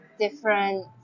different